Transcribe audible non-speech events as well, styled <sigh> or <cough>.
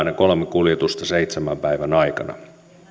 <unintelligible> ne kolme kuljetusta saa ajaa seitsemän päivän aikana